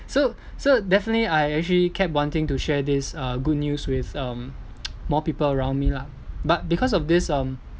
so so definitely I actually kept wanting to share this uh good news with um more people around me lah but because of this um